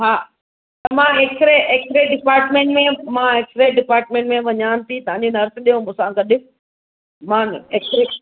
हा त मां X ray X ray department में मां एक्स रे डिपार्टमेंट में वञा थी तव्हांजी नर्स ॾियो मुंसां गॾु मां एक्स रे